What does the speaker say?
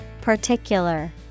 Particular